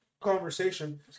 conversation